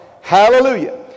Hallelujah